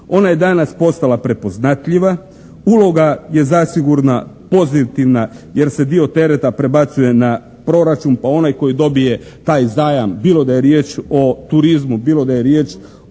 Ona je danas postala prepoznatljiva. Uloga je zasigurno pozitivna jer se dio tereta prebacuje na proračun pa onaj koji dobije taj zajam bilo da je riječ o turizmu, bilo da je riječ o